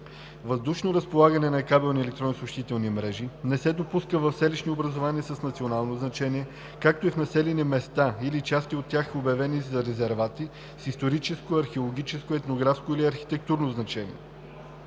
Въздушно разполагане на кабелни електронни съобщителни мрежи не се допуска в селищни образувания с национално значение, както и в населени места или части от тях, обявени за резервати с историческо, археологическо, етнографско или архитектурно значение.